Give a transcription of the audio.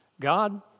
God